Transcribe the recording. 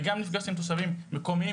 וגם נפגשתי עם תושבים מקומיים,